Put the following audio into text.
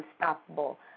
unstoppable